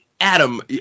Adam